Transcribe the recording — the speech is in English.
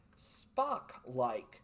Spock-like